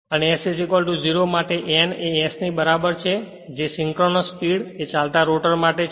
અને s 0 માટે n એ s ની બરાબર છે જે સિંક્રોનસ સ્પીડ એ ચાલતા રોટર માટે છે